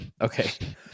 Okay